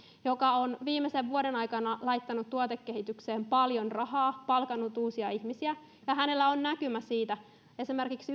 joka on viimeisen vuoden aikana laittanut tuotekehitykseen paljon rahaa palkannut uusia ihmisiä ja jolla on näkymä yrityksessä on esimerkiksi